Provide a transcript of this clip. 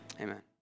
Amen